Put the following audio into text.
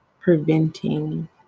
preventing